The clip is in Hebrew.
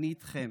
אני איתכם,